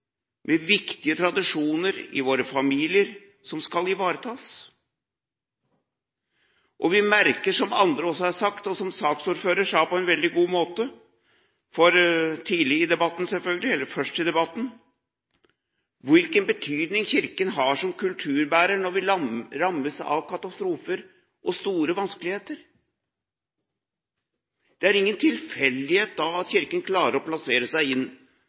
viktige tradisjoner skal ivaretas i våre familier. Vi merker – som andre også har sagt, og som saksordføreren sa på en veldig god måte først i debatten – hvilken betydning Kirken har som kulturbærer når vi rammes av katastrofer og store vanskeligheter. Det er ingen tilfeldighet at Kirken da klarer å plassere seg inn